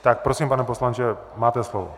Tak prosím, pane poslanče, máte slovo.